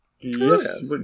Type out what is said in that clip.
Yes